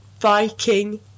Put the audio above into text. Viking